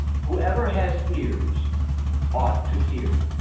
whoever has ears ought to hear.